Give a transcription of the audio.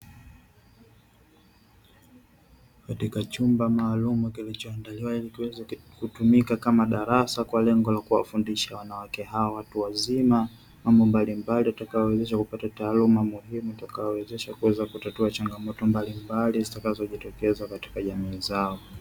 Katika chumba maalum kilicho andaliwa ili kiweze tumika kama darasa kwa lengo la kuwafundisha wanawake hao watu wazima, mambo mbalimbali utakaowezesha kupata taaluma muhimu utakayowezesha kuweza kutatua changamoto mbalimbali zitakazojitokeza katika jamii zao.